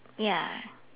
ya